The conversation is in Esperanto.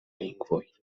lingvoj